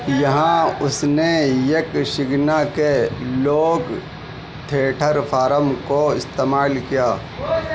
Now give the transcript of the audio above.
یہاں اس نے یکشگنا کے لوک تھیٹر فارم کو استعمال کیا